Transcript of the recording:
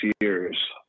years